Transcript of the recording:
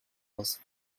was